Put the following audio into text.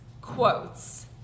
quotes